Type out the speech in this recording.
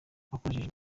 wakoresheje